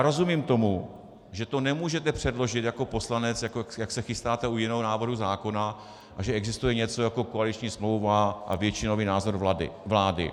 Rozumím tomu, že to nemůžete předložit jako poslanec, jak se chystáte u jiného návrhu zákona, a že existuje něco jako koaliční smlouva a většinový názor vlády.